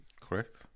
Correct